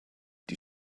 die